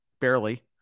barely